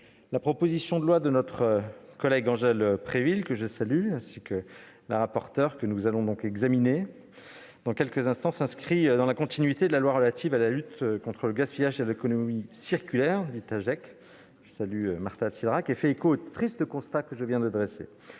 La proposition de loi de notre collègue Angèle Préville, que je salue, ainsi que la rapporteure, s'inscrit dans la continuité de la loi relative à la lutte contre le gaspillage et à l'économie circulaire, dite AGEC- je salue Marta de Cidrac -et fait écho au triste constat que je viens de dresser.